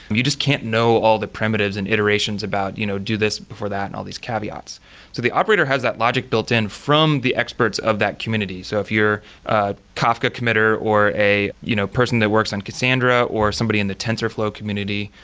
you just can't know all the primitives and iterations about you know do this before that and all these caveats so the operator has that logic built-in from the experts of that community so if you're a kafka committer, or a you know person that works on cassandra, or somebody in the tensorflow community,